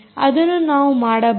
ಅದನ್ನು ನಾವು ಮಾಡಬಹುದು